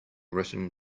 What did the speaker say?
written